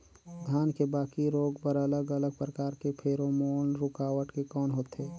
धान के बाकी रोग बर अलग अलग प्रकार के फेरोमोन रूकावट के कौन होथे?